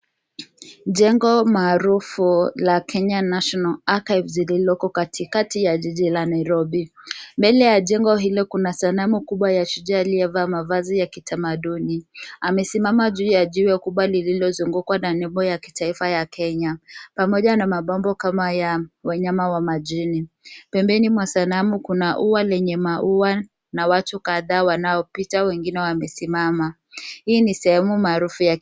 Jengo maarufu la Kenya National Archives lililoko katikati ya jiji la Nairobi. Mbele ya jengo hilo kuna sanamu kubwaya shujaa aliyevaa mavazi ya kitamaduni. Amesimama juu ya jiwe kubwa lililozungukwa na nembo ya kitaifa ya Kenya pamoja na mapambo kama ya wanyama wa majini. Pembeni mwa sanamu kuna ua lenye maua na watu kadhaa wanaopita wengine wamesimama. hii ni sehemu maarufu ya.